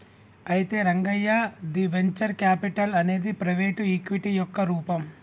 అయితే రంగయ్య ది venture capital అనేది ప్రైవేటు ఈక్విటీ యొక్క రూపం